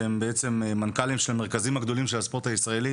שהם בעצם המנכ"לים של המרכזים הגדולים של הספורט הישראלי